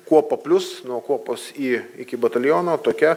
kuopa plius nuo kopos į iki bataliono tokia